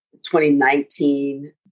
2019